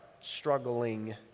struggling